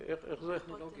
השאלה אם זה לא מאוחר מדי.